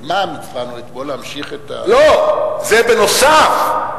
להמשיך את, לא, זה בנוסף.